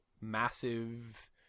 massive